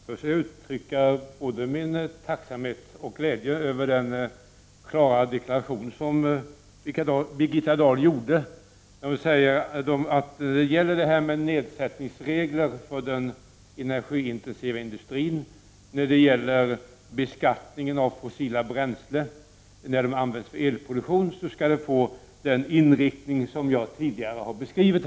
Herr talman! Först vill jag uttrycka min tacksamhet och glädje över den klara deklaration som Birgitta Dahl gjorde, i vilken hon sade att reglerna för nedsättning för den energiintensiva industrin och för beskattningen av fossila bränslen vid elproduktion skall få den inriktning som jag tidigare här beskrivit.